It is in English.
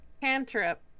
cantrip